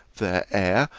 their air,